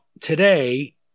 today